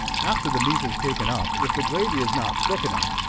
after the meat is taken up, if the gravy is not thick enough,